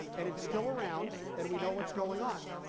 and it's still around, and we know what's going on.